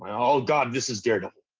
and oh god, this is daredevil.